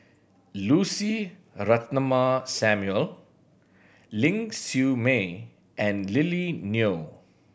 Lucy Ratnammah Samuel Ling Siew May and Lily Neo